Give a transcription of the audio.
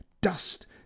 dust